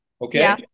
Okay